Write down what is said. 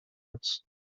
arts